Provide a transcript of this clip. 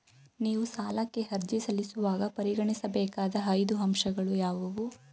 ನೀವು ಸಾಲಕ್ಕೆ ಅರ್ಜಿ ಸಲ್ಲಿಸುವಾಗ ಪರಿಗಣಿಸಬೇಕಾದ ಐದು ಅಂಶಗಳು ಯಾವುವು?